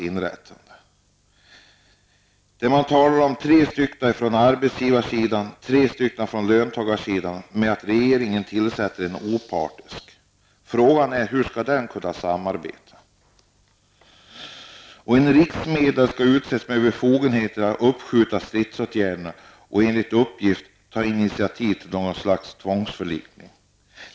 Man talar om att den skall vara sammansatt av tre personer från arbetsgivarsidan och tre från löntagarsidan samt att regeringen skall tillsätta en opartisk deltagare. Frågan är hur nämnden skall kunna samarbeta. En riksmedlare skall också utses, med befogenheter att uppskjuta stridsåtgärder och ta initiativ till något slags tvångsförlikning.